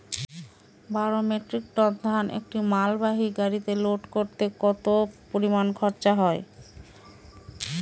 বারো metric ton ধান একটি মালবাহী গাড়িতে লোড করতে কতো পরিমাণ খরচা হয়?